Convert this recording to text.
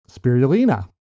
spirulina